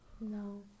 No